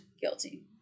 guilty